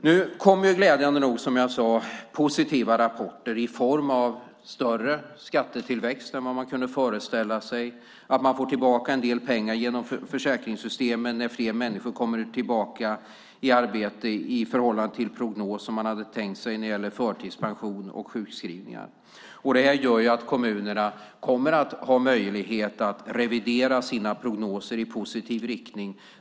Nu kommer glädjande nog, som jag sade, positiva rapporter i form av större skattetillväxt än vad man kunde föreställa sig. Man får tillbaka en del pengar genom försäkringssystemen när fler människor kommer tillbaka i arbete i förhållande till prognos när det gäller förtidspensioner och sjukskrivningar. Detta gör att kommunerna kommer att ha möjlighet att revidera sina prognoser i positiv riktning.